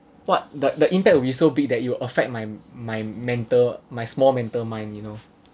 what the the impact will be so big that it will affect my my mental my small mental mind you know